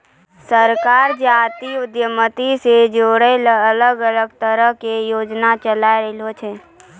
सरकार जातीय उद्यमिता से जुड़लो अलग अलग तरहो के योजना चलैंते रहै छै